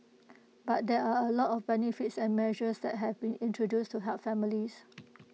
but there are A lot of benefits and measures that have been introduced to help families